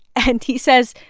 and he says,